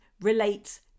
relates